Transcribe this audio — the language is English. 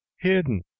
hidden